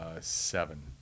seven